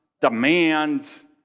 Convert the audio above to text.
demands